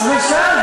אבל שאלת,